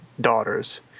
daughters